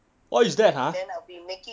what is that !huh!